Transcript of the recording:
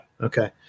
Okay